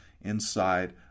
inside